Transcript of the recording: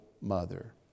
Mother